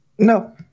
No